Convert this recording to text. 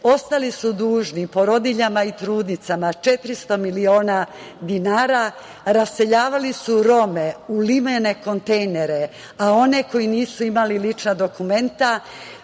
ostali su dužni porodiljama i trudnicama 400 miliona dinara, raseljavali su Rome u limene kontejnere, a one koji nisu imali lična dokumenta